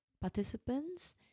participants